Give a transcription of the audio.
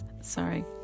sorry